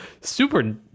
super